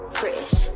fresh